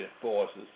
forces